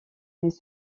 mais